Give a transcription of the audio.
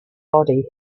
body